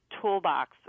toolbox